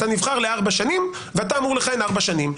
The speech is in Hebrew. אתה נבחר לארבע שנים ואתה אמור לכהן ארבע שנים.